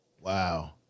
Wow